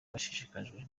bashishikajwe